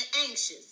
anxious